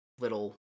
little